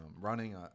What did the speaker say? running